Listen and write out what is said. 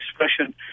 expression